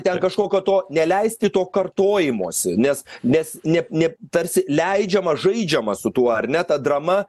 ten kažkokio to neleisti to kartojimosi nes nes ne ne tarsi leidžiama žaidžiama su tuo ar ne ta drama